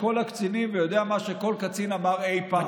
כל הקצינים ויודע מה שכל קצין אמר אי פעם.